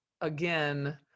again